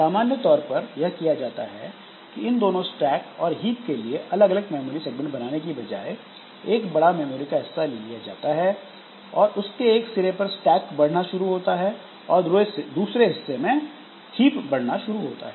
सामान्य तौर पर यह किया जाता है कि इन दोनों स्टैक और हीप के लिए अलग अलग मेमोरी सेगमेंट बनाने की बजाय एक बड़ा मेमोरी का हिस्सा ले लिया जाता है और उसके एक सिरे पर स्टैक बढ़ना शुरू होता है और दूसरे हिस्से में हीप बढ़ना शुरू होता है